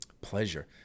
pleasure